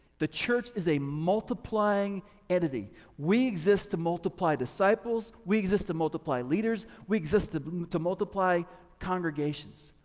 the church is a multiplying entity, we exist to multiply disciples, we exist to multiply leaders, we exist but and to multiply congregations.